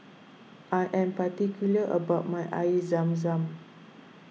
I am particular about my Air Zam Zam